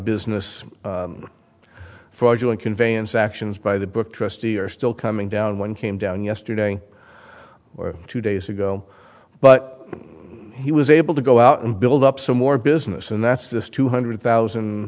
business fraudulent conveyance actions by the book trustee are still coming down one came down yesterday or two days ago but he was able to go out and build up some more business and that's this two hundred thousand